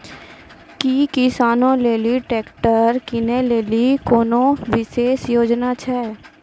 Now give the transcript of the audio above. कि किसानो लेली ट्रैक्टर किनै लेली कोनो विशेष योजना छै?